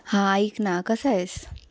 हा ऐक ना कसा आहेस